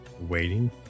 waiting